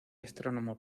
astrónomo